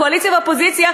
קואליציה ואופוזיציה,